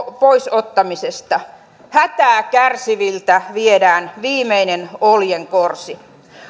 pois ottamisesta hätää kärsiviltä viedään viimeinen oljenkorsi